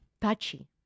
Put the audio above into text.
touchy